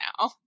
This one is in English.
now